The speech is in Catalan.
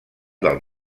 del